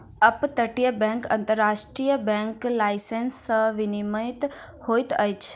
up तटीय bank अन्तर्राष्ट्रीय bank licence सॅ विनियमित होइत अछि